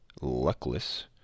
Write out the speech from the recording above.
luckless